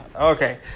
Okay